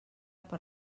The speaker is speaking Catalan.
per